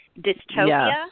Dystopia